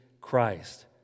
Christ